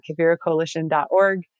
kaviracoalition.org